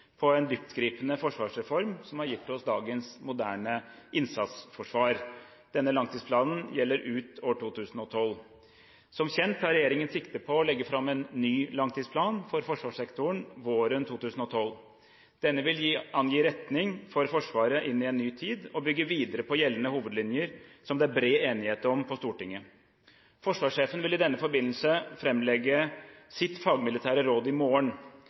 på en dyptgripende forsvarsreform som har gitt oss dagens moderne innsatsforsvar. Denne langtidsplanen gjelder ut år 2012. Som kjent tar regjeringen sikte på å legge fram en ny langtidsplan for forsvarssektoren våren 2012. Denne vil angi retning for Forsvaret inn i en ny tid, og bygge videre på gjeldende hovedlinjer som det er bred enighet om på Stortinget. Forsvarssjefen vil i den forbindelse framlegge sitt fagmilitære råd i morgen.